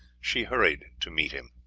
she hurried to meet him.